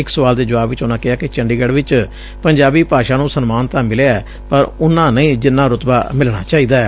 ਇਕ ਸਵਾਲ ਦੇ ਜਵਾਬ ਚ ਉਨਾਂ ਕਿਹਾ ਕਿ ਚੰਡੀਗੜ ਚ ਪੰਜਾਬੀ ਭਾਸ਼ਾ ਨੂੰ ਸਨਮਾਨ ਤਾਂ ਮਿਲਿਆ ਏ ਪਰ ਉਨੂਾਂ ਨਹੀ ਜਿੰਨਾਂ ਰੁਤਬਾ ਮਿਲਣਾ ਚਾਹੀਦੈ